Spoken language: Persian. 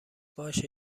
باشه